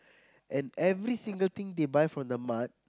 and every single thing they buy from the mart